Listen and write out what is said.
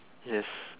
yes